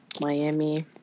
Miami